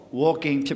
walking